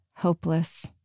hopeless